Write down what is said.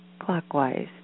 clockwise